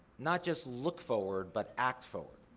not just look forward, but act forward.